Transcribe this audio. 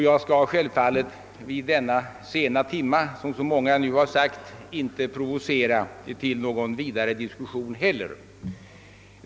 Jag skall självfallet inte heller — vid denna sena timme, som så många nu har sagt — provocera till någon vidare diskussion.